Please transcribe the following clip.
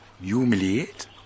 humiliate